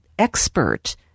Expert